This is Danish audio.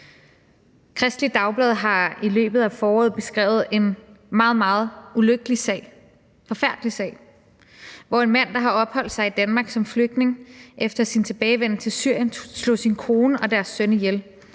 Kristeligt Dagblad har i løbet af foråret beskrevet en meget, meget ulykkelig sag – en forfærdelig sag – om en mand, der opholdt sig i Danmark som flygtning, og som efter sin tilbagevenden til Syrien slog sin kone og deres søn ihjel,